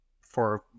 for-